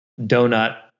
Donut